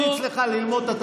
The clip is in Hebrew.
( על תאונות עבודה.) את צריכה ללמוד את,